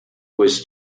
was